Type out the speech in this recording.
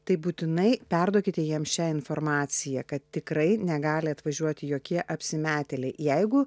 tai būtinai perduokite jiem šią informaciją kad tikrai negali atvažiuoti jokie apsimetėliai jeigu